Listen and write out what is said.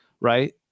right